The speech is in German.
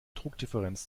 druckdifferenz